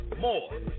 more